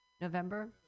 November